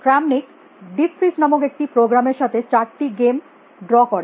Kramnik Deep Fritz নামক একটি প্রোগ্রামের সাথে 8টি গেম ড্র করে